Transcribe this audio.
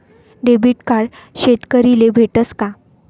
Debit card शेतकरीले भेटस का?